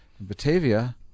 Batavia